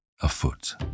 afoot